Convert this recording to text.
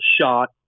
shot